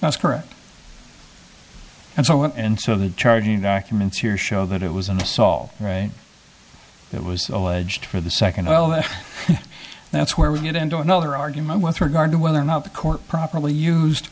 that's correct and so and so the charging documents here show that it was an assault it was alleged for the second well that that's where we get into another argument with regard to whether or not the court properly used